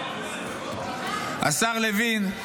השר לוין,